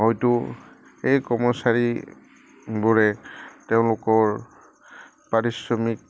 হয়তো এই কৰ্মচাৰীবোৰে তেওঁলোকৰ পাৰিশ্ৰমিক